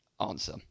answer